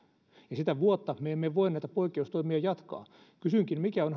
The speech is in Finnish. ja sitä vuotta me emme voi näitä poikkeustoimia jatkaa kysynkin mikä on